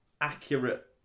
accurate